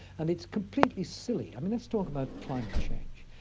and it's completely silly. let's talk about climate change.